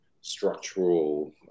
structural